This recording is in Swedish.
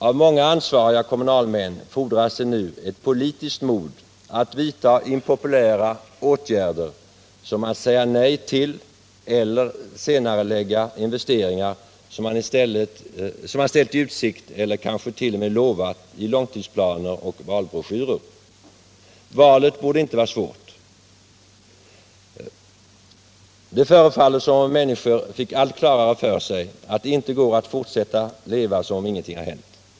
Av många ansvariga kommunalmän fordras det nu ett politiskt mod att vidta impopulära åtgärder — som att säga nej till eller senarelägga investeringar som man ställt i utsikt eller kanske t.o.m. lovat i långtidsplaner och valbroschyrer. Valet borde inte vara svårt. Det förefaller som om människor fick allt klarare för sig att det inte går att fortsätta leva som om ingenting hänt.